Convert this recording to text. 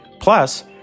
Plus